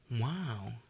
Wow